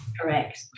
Correct